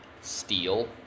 steel